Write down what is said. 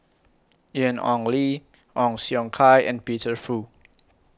Ian Ong Li Ong Siong Kai and Peter Fu